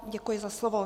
Děkuji za slovo.